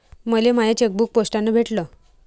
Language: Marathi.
मले माय चेकबुक पोस्टानं भेटल